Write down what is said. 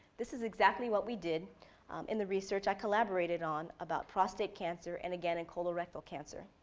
this is exactly what we did in the research collaborated on about prostate cancer and again and polar rectal cancer.